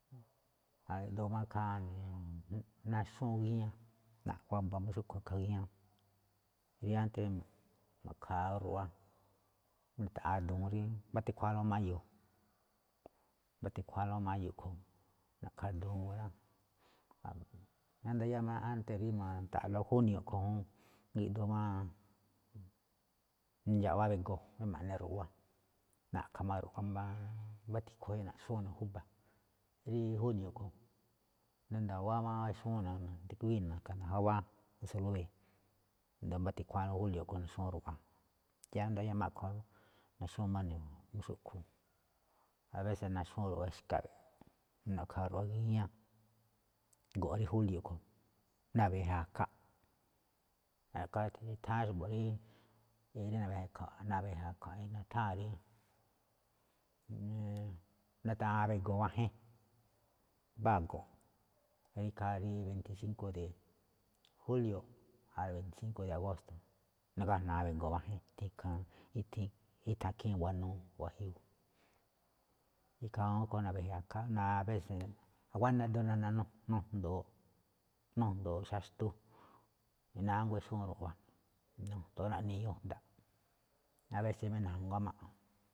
Na̱gi̱ꞌdu̱u̱ máꞌ ikhaa naxnúu gíñá, waba máꞌ xúꞌkhue̱n i̱ꞌkha̱ gíñá, rí ánte̱ rí ma̱ꞌkha̱a̱ ruꞌwa, na̱ta̱ꞌa̱a̱ du̱u̱n rí mbá tikhuáánlóꞌ máyo̱, mbá tikhuáánlóꞌ máyo̱ a̱ꞌkhue̱n na̱ꞌkha̱a̱ du̱u̱n rá. Rí ndayámáꞌ ánte̱ rí mata̱ꞌa̱lóꞌ júnio̱ a̱ꞌkhue̱n juun na̱gi̱ꞌdu̱u̱n, nandxaꞌwá be̱go̱ rí ma̱ꞌne rúꞌwa, na̱ꞌkha̱ máꞌ rúꞌwa mbá tikhu naxnúu ne̱ ná júba̱, rí júnio̱ a̱ꞌkhue̱n, asndo nda̱wa̱á mawa ixnúu ne̱ rí na̱ga̱ti̱guíi ne̱ na̱ka̱ asndo jawáá ná salúwe̱. Rí mbá tikhuáánlóꞌ júlio̱ a̱ꞌkhue̱n naxnúu ruꞌwa, ya rí ndayá máꞌ a̱ꞌkhue̱n naxnúu má ne̱ xúꞌkhue̱n, abése̱ naxnúu ruꞌwa xkawe̱, na̱ꞌkha̱ ruꞌwa gíñá, go̱nꞌ rí júlio̱ a̱ꞌkhue̱n, na̱we̱je̱ a̱kha̱ꞌ, a̱ꞌkhue̱n itháán xa̱bo̱ rí na̱we̱ a̱kha̱ꞌ nutháa̱n rí na̱ta̱ꞌa̱a̱ we̱go̱ wa̱jen, mbá go̱nꞌ, ikhaa rí beinti sinko̱ de julio̱ asndo beinti sinko̱ de agósto̱, nagájna̱a̱ we̱go̱ wa̱jen ithee̱n, ithan ikhiin buanuu, ikhaa rúꞌkhue̱n ñajuun rí na̱we̱je̱ a̱ꞌkha̱ꞌ ná abése̱, nguáná ído̱ nanújngoo, nujndo̱o̱ꞌ, nujndo̱o̱ꞌ xaxtu, nánguá ixnúu ruꞌwa, i̱ndo̱ó naꞌne yujnda̱ꞌ, abése̱ rí na̱nguá máꞌ.